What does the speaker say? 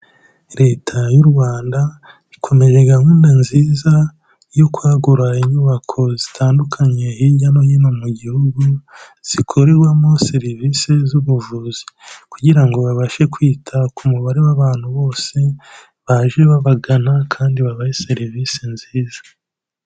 Leta y'u Rwanda ikomeje gahunda nziza yo kwagura inyubako zitandukanye hirya no hino mu gihugu, zikorerwamo serivisi z'ubuvuzi kugira ngo babashe kwita ku mubare w'abantu bose baje babagana kandi babahe serivisi nziza.